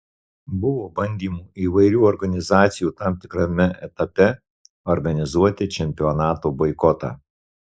buvo bandymų įvairių organizacijų tam tikrame etape organizuoti čempionato boikotą